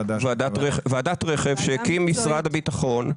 ועדת רכב שהקים משרד הביטחון.